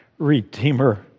Redeemer